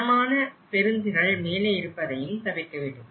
கனமான பெருந்திறல் மேலே இருப்பதையும் தவிர்க்க வேண்டும்